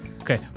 okay